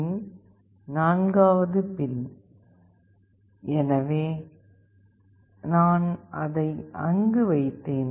பின் நான்காவது பின் எனவே நான் அதை அங்கு வைத்தேன்